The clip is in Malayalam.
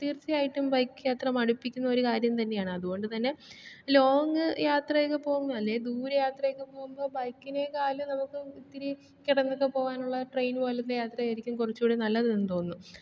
തീർച്ചയായിട്ടും ബൈക്ക് യാത്ര മടുപ്പിക്കുന്ന ഒരു കാര്യം തന്നെയാണ് അതുകൊണ്ട് തന്നെ ലോങ്ങ് യാത്രയൊക്കെ പോകുമ്പോൾ അല്ലേ ദൂരയാത്രയൊക്കെ പോവുമ്പോൾ ബൈക്കിനെക്കാളും നമുക്ക് ഇത്തിരി കിടന്നൊക്കെ പോകാനുള്ള ട്രെയിൻ പോലത്തെ യാത്രയായിരിക്കും കുറച്ചുകൂടി നല്ലതെന്ന് തോന്നുന്നു